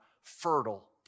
fertile